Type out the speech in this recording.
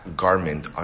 garment